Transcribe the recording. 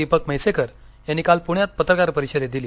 दीपक म्हैसेकर यांनी काल पुण्यात पत्रकार परिषदेत दिली